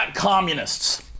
Communists